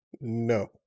No